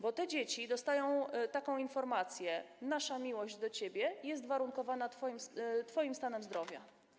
Bo te dzieci dostają taką informację: nasza miłość do ciebie jest warunkowana twoim stanem zdrowia.